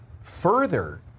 further